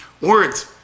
Words